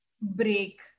break